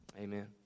Amen